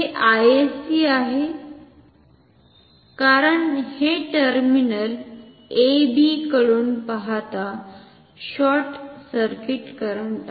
हे Isc आहे कारण हे टर्मिनल A B कडुन पहाता शॉर्ट सर्किट करंट आहे